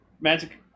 magic